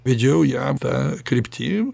vedžiau jam ta kryptim